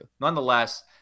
Nonetheless